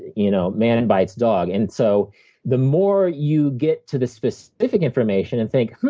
you know man and bites dog. and so the more you get to the specific information and think,